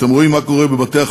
אתם רואים מה קורה בבתי-החולים,